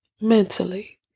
mentally